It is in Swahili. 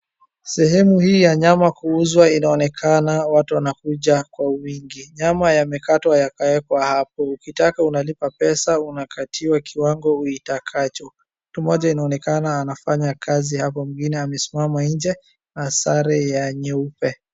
Sehemu hii ya nyama kuuzwa inaonekana watu wanakuja kwa wingi. Nyama yamekatwa yakawekwa hapo ukitaka unalipa pesa unakatiwa kiwango uitakacho. Mtu mmoja inaonekana anafanya kazi hapa mwingine amesimama nje na sare ya nyeupe.